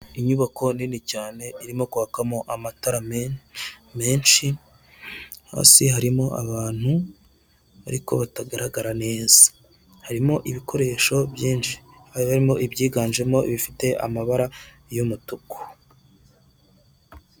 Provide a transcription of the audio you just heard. Inyubako nini cyane irimo kwakamo amatara me menshi hasi harimo abantu ariko batagaragara neza. Harimo ibikoresho byinshi harimo ibyiganjemo bifite amabara y'umutuku.